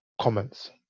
comments